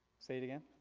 say it again.